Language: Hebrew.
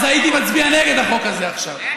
אז הייתי מצביע נגד החוק הזה עכשיו.